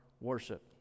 worship